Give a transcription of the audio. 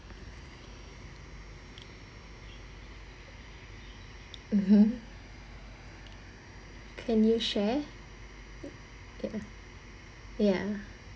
mmhmm can you share ya ya